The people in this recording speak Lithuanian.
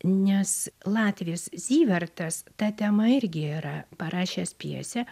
nes latvis zyvertas ta tema irgi yra parašęs pjesę